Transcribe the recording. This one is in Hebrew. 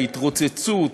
ההתרוצצות